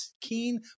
keen